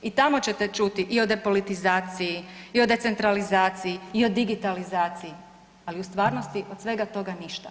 I tamo ćete čuti i o depolitizaciji i o decentralizaciji i o digitalizaciji, ali u stvarnosti od svega toga ništa.